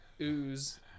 ooze